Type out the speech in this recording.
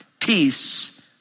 peace